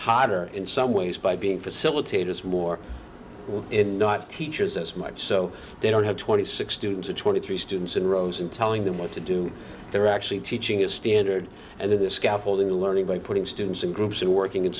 harder in some ways by being facilitators more in not teachers as much so they don't have twenty six students or twenty three students in rows and telling them what to do they're actually teaching a standard and the scaffolding learning by putting students in groups and working in